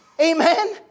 amen